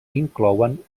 inclouen